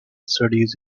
studies